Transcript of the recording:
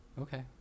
Okay